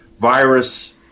virus